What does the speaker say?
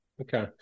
Okay